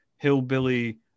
hillbilly